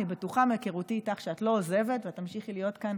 אני בטוחה מהיכרותי איתך שאת לא עוזבת ואת תמשיכי להיות כאן